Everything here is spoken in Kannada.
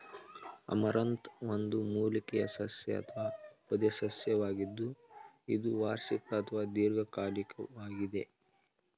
ಅಮರಂಥ್ ಒಂದು ಮೂಲಿಕೆಯ ಸಸ್ಯ ಅಥವಾ ಪೊದೆಸಸ್ಯವಾಗಿದ್ದು ಇದು ವಾರ್ಷಿಕ ಅಥವಾ ದೀರ್ಘಕಾಲಿಕ್ವಾಗಿದೆ